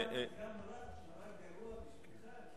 זה גם נורא גרוע בשבילך,